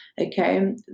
okay